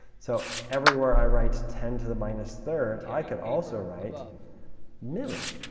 so everywhere i write ten to the minus third, i could also write milli.